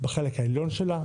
בחלק העליון שלה?